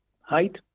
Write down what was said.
height